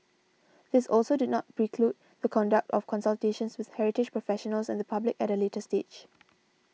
this also did not preclude the conduct of consultations with heritage professionals and the public at a later stage